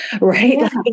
right